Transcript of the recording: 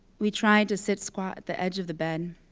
we tried to sit-squat at the edge of the bed.